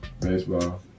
baseball